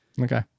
okay